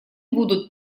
будут